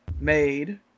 made